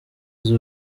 z’u